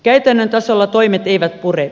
käytännön tasolla toimet eivät pure